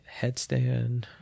headstand